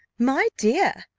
my dear,